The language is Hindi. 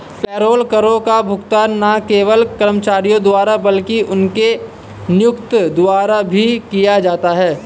पेरोल करों का भुगतान न केवल कर्मचारी द्वारा बल्कि उनके नियोक्ता द्वारा भी किया जाता है